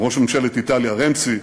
ראש ממשלת איטליה רנצי,